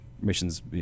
missions